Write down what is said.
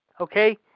okay